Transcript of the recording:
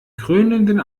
krönenden